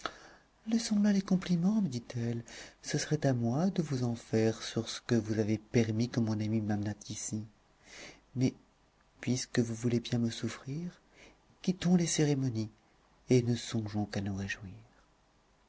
laissons là les compliments me dit-elle ce serait à moi à vous en faire sur ce que vous avez permis que mon amie m'amenât ici mais puisque vous voulez bien me souffrir quittons les cérémonies et ne songeons qu'à nous réjouir